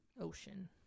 Ocean